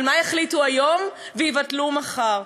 על מה החליטו היום ויבטלו מחר.